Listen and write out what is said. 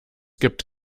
gibt